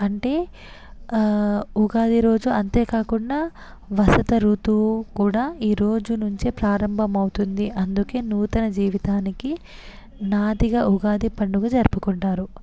అంటే ఉగాది రోజు అంతే కాకుండా వసంత ఋతువు కూడా ఈ రోజు నుంచే ప్రారంభమవుతుంది అందుకే నూతన జీవితానికి నాందిగా ఉగాది పండుగ జరుపుకుంటారు